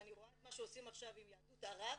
ואני רואה את מה שעושים עכשיו עם יהדות ערב,